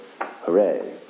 Hooray